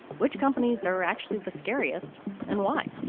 which companies are actually the scariest and why?